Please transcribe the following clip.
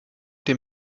dem